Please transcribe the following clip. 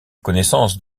connaissance